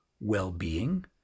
well-being